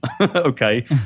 okay